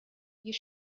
you